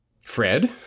Fred